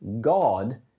god